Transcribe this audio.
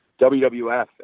WWF